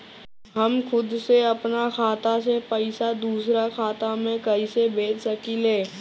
हम खुद से अपना खाता से पइसा दूसरा खाता में कइसे भेज सकी ले?